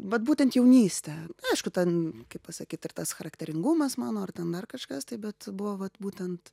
vat būtent jaunystę aišku ten kaip pasakyt ir tas charakteringumas mano ar ten dar kažkas tai bet buvo vat būtent